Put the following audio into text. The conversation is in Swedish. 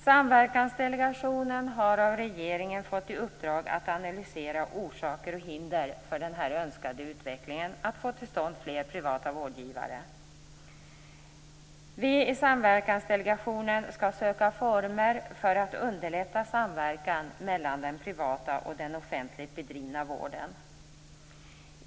Samverkansdelegationen har av regeringen fått i uppdrag att analysera orsaker och hinder för den önskade utvecklingen att få till stånd fler privata vårdgivare. Vi i Samverkansdelegationen skall söka former för att underlätta samverkan mellan den privata och den offentligt bedrivna vården.